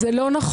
זה לא נכון.